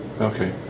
Okay